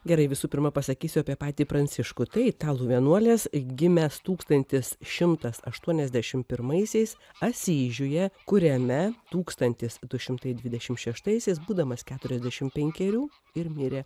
gerai visų pirma pasakysiu apie patį pranciškų tai italų vienuolis gim tūkstantis šimtas aštuoniasdešimt pirmaisiais asyžiuje kuriame tūkstantis du šimtai dvidešimt šeštaisiais būdamas keturiasdešimt penkerių ir mirė